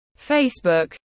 Facebook